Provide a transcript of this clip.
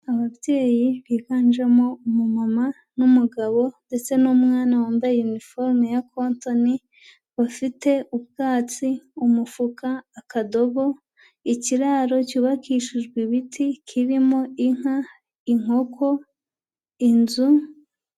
Ababyeyi biganjemo umumama n'umugabo ndetse n'umwana wambaye iniforume ya kontoni, bafite: ubwatsi, umufuka, akadobo; ikiraro cyubakishijwe ibiti kirimo inka, inkoko, inzu...